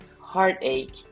heartache